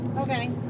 Okay